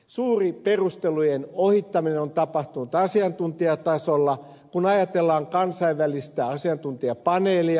suuri perustelujen ohittaminen on tapahtunut asiantuntijatasolla kun ajatellaan kansainvälistä asiantuntijapaneelia